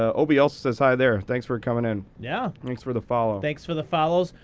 obie also says hi there. thanks for coming in. yeah. thanks for the follow. thanks for the follows.